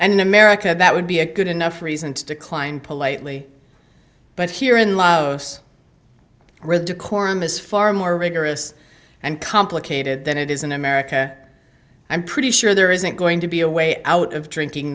in america that would be a good enough reason to decline politely but here in laos where the decorum is far more rigorous and complicated than it is in america i'm pretty sure there isn't going to be a way out of drinking